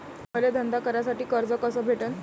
मले धंदा करासाठी कर्ज कस भेटन?